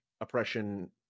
oppression